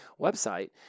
website